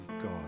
God